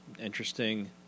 interesting